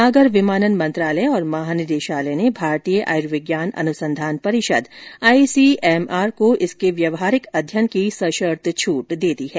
नागर विमानन मंत्रालय और महानिदेशालय ने भारतीय आयुर्विज्ञान अनुसंधान परिषद आईसीएमआर को इसके व्यवहारिक अध्ययन की सशर्त छूट दे दी है